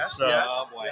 Yes